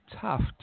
Tough